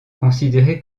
considéré